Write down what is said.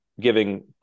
giving